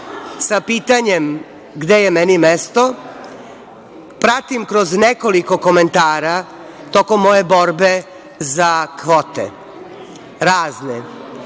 sa pitanjem - gde je meni mesto, ja pratim kroz nekoliko komentara tokom moje borbe za kvote, razne.